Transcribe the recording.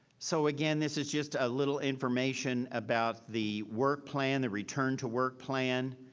so again, this is just a little information about the work plan, the return to work plan.